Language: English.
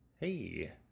Hey